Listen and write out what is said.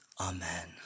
Amen